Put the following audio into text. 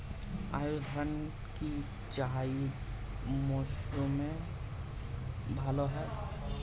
আউশ ধান কি জায়িদ মরসুমে ভালো হয়?